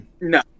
No